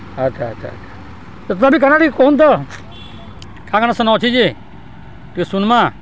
ଆଚ୍ଛା ଆଚ୍ଛା ତଥାପି କାଣା ଟିକେ କହୁନ୍ ତ କାଣା ସେନ ଅଛେ ଯେ ଟିକେ ଶୁନ୍ମା